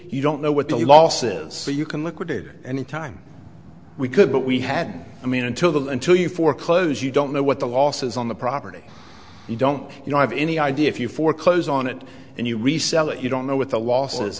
you don't know what the losses are you can liquidate it any time we could but we had i mean until the until you foreclose you don't know what the law says on the property you don't you have any idea if you foreclose on it and you resell it you don't know what the losses